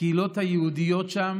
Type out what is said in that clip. הקהילות היהודיות שם